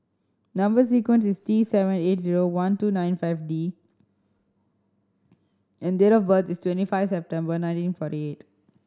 number sequence is T seven eight zero one two nine five T and date of birth is twenty five September nineteen forty eight